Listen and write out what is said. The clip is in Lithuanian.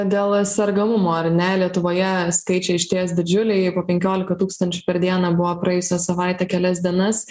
dėl sergamumo ar ne lietuvoje skaičiai išties didžiuliai po penkiolika tūkstančių per dieną buvo praėjusią savaitę kelias dienas